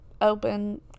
open